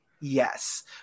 yes